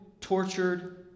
tortured